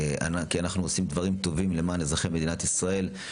כי אנחנו עושים דברים טובים למען אזרחי מדינת ישראל,